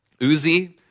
Uzi